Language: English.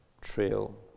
trail